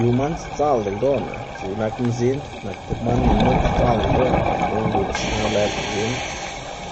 Yu man sdzaꞌlda ldoꞌná, x̱iꞌk nak mzin nak tib man ni nup sdzaꞌlda ldoꞌná lo nguts xna lëd mzin